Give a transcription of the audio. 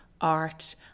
art